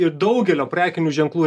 ir daugelio prekinių ženklų